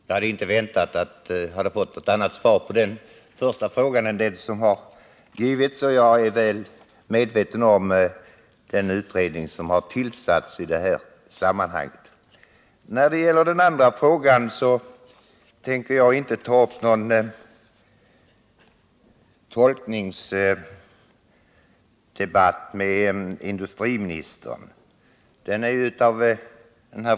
Jag hade inte väntat att få något annat svar på den första frågan än det som givits, och jag är väl medveten om den utredning som har tillsatts i sammanhanget. När det gäller den andra frågan tänker jag inte ta upp någon tolkningsdebatt med industriministern.